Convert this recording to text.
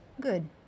Good